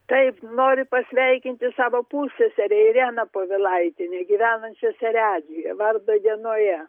taip noriu pasveikinti savo pusseserę ireną povilaitienę gyvenančią seredžiuje vardo dienoje